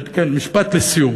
כן, משפט לסיום.